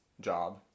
job